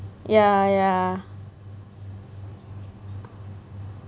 yeah yeah